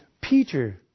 Peter